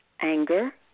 anger